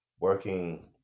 working